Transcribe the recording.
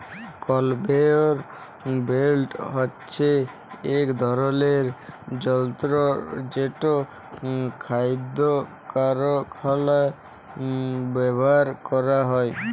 conveyor belt হছে ইক ধরলের যল্তর যেট খাইদ্য কারখালায় ব্যাভার ক্যরা হ্যয়